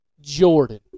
jordan